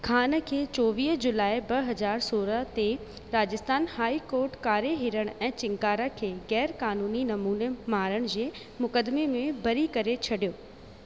खान खे चोवीह जुलाई ब हज़ार सोरहं ते राजस्थान हाई कोर्ट कारे हिरण ऐं चिंकारा खे ग़ैरु क़ानूनी नमूने मारण जे मुक़दमे में बरी करे छॾियो